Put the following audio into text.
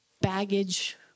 baggage